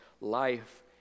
life